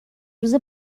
روزه